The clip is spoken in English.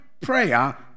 prayer